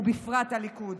ובפרט הליכוד.